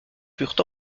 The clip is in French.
furent